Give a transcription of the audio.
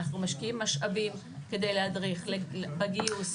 אנחנו משקיעים משאבים כדי להדריך בגיוס,